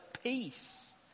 peace